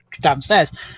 downstairs